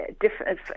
different